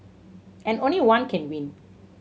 and only one can win